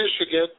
Michigan